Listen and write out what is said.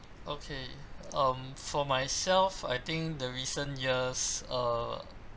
okay um for myself I think the recent years err